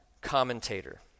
commentator